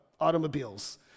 automobiles